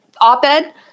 op-ed